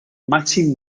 màxim